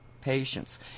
patients